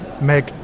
make